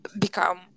become